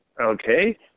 Okay